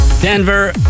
Denver